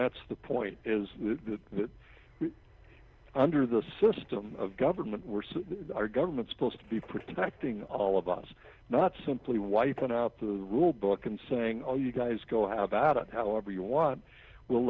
that's the point is that under the system of government we're our government supposed to be protecting all of us not simply wiping out the rule book and saying oh you guys go about it however you want we'll